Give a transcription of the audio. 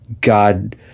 God